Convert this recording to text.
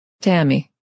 Tammy